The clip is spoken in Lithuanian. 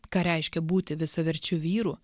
ką reiškia būti visaverčiu vyru